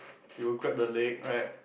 you will grab the leg right